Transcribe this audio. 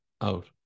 out